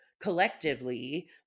collectively